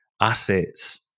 assets